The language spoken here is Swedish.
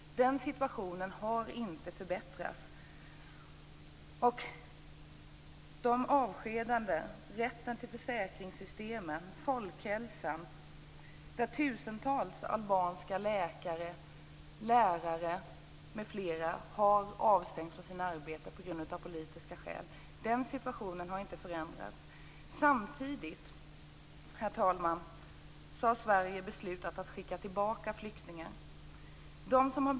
Den situationen har inte förbättrats när det gäller avskedanden, rätten till försäkringssystemen och folkhälsan. Tusentals albanska läkare, lärare m.fl. har avstängts från sina arbeten av politiska skäl. Den situationen har inte heller förändrats. Herr talman! Samtidigt har Sverige beslutat att skicka tillbaka flyktingar.